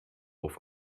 auf